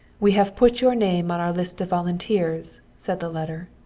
we have put your name on our list of volunteers, said the letter,